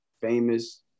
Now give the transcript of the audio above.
famous